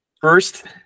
First